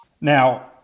Now